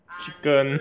chicken